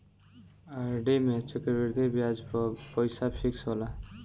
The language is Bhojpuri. आर.डी में चक्रवृद्धि बियाज पअ पईसा फिक्स होला